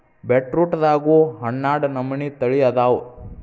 ಬೇಟ್ರೂಟದಾಗು ಹನ್ನಾಡ ನಮನಿ ತಳಿ ಅದಾವ